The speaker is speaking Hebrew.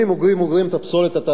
אוגרים את הפסולת התעשייתית,